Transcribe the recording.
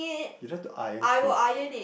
you don't have to iron clothes